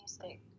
music